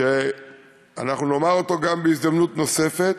שנאמר גם בהזדמנות נוספת,